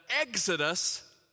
exodus